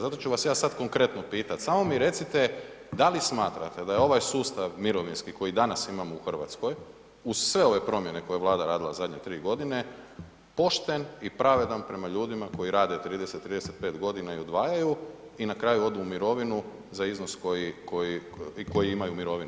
Zato ću vas ja sad konkretno pitati, samo mi recite da li smatrate da ovaj sustav mirovinski koji danas imamo u Hrvatskoj, uz sve ove promjene koje je Vlada radila zadnje 3 godine pošten i pravedan prema ljudima koji rade 30, 35 godina i odvajaju i na kraju odu u mirovinu za iznos koji imaju mirovinu.